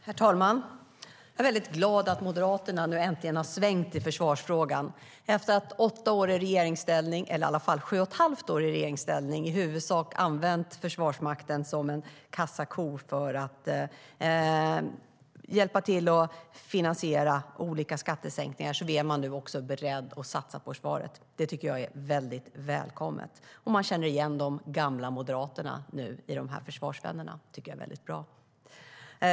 Herr talman! Jag är glad att Moderaterna äntligen har svängt i försvarsfrågan. Efter att i åtta år i regeringsställning, eller åtminstone i sju och ett halvt år, huvudsakligen ha använt Försvarsmakten som en kassako för att finansiera olika skattesänkningar är Moderaterna nu beredda att satsa på försvaret. Det är väldigt välkommet. Nu känner vi igen försvarsvännerna i de gamla moderaterna. Det tycker jag är mycket bra.